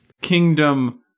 kingdom